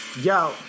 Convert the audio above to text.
yo